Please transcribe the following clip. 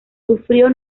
sufrió